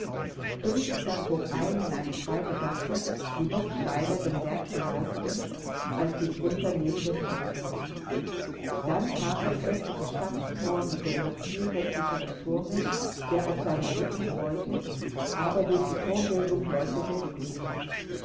felicitas bog ein in eine zweite gasse die noch steiler den berg hinauflief als die drunten neben dem hause dann kam das häßliche stadtthor mit dem noch viel häßlicheren turme der auf seinem rücken dräute aber durch die thorwölbung leuchtete es grün